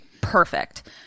perfect